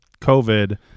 covid